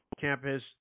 campus